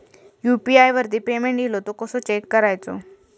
UPI वरती payment इलो तो कसो चेक करुचो?